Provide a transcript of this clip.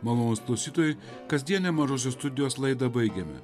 malonūs klausytojai kasdienę mažosios studijos laidą baigiame